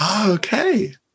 Okay